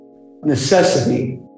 necessity